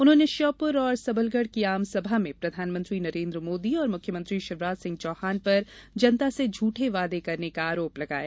उन्होंने श्योपुर और सबलगढ़ की आमसभा में प्रधानमंत्री नरेन्द्र मोदी और मुख्यमंत्री शिवराजसिंह चौहान पर जनता से झुठे वादे करने का आरोप लगाया